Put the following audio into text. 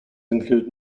include